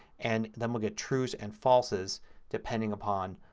and then we'll get trues and falses depending upon